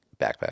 Backpack